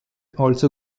also